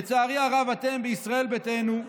לצערי הרב, אתם בישראל ביתנו,